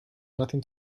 nothing